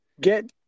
get